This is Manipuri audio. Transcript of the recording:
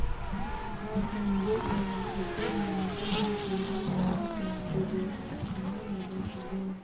ꯁꯥ ꯁꯟ ꯌꯣꯛꯂꯒ ꯑꯩꯈꯣꯏꯅ ꯅꯥꯀꯟꯗ ꯇꯧꯕ ꯌꯥꯕꯁꯤꯡ ꯑꯗꯨꯗꯤ ꯑꯍꯥꯟꯕꯗ ꯁꯥꯗꯣꯡ